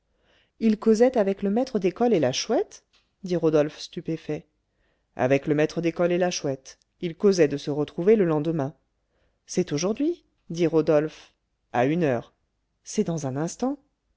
ils causaient avec le maître d'école et la chouette dit rodolphe stupéfait avec le maître d'école et la chouette ils causaient de se retrouver le lendemain c'est aujourd'hui dit rodolphe à une heure c'est dans un instant